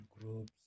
groups